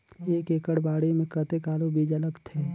एक एकड़ बाड़ी मे कतेक आलू बीजा लगथे?